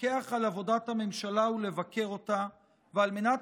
לפקח על עבודת הממשלה ולבקר אותה ועל מנת